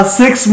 six